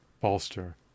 bolster